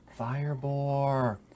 Firebore